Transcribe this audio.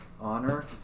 Honor